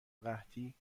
قحطی